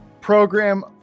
program